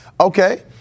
Okay